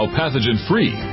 pathogen-free